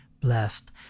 blessed